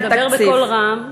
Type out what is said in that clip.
אתה מדבר בקול רם.